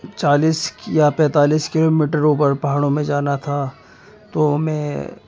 چالیس یا پینتالیس کلو میٹر اوپر پہاڑوں میں جانا تھا تو میں